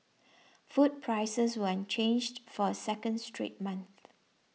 food prices were unchanged for a second straight month